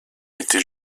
été